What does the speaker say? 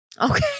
Okay